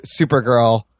Supergirl